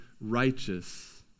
righteous